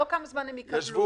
לא כמה זמן הם יקבלו.